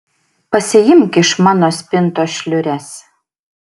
pasiimk iš mano spintos šliures